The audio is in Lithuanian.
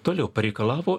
toliau pareikalavo